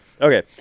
okay